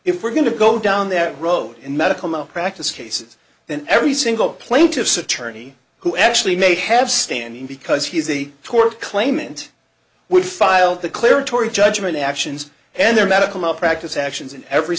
if we're going to go down that road and medical malpractise cases then every single plaintiff's attorney who actually may have standing because he's a tort claimant would file the clear torrie judgment actions and their medical malpractise actions in every